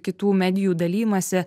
kitų medijų dalijimąsi